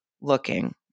looking